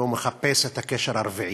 והוא מחפש את הקשר הרביעי.